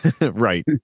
right